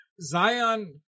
Zion